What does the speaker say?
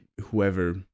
whoever